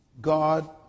God